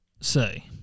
say